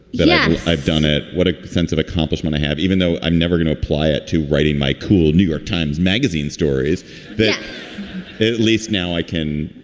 yeah i've done it. what a sense of accomplishment i have, even though i'm never gonna apply it to writing my cool new york times magazine stories that at least now i can,